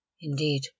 indeed